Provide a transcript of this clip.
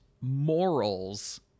morals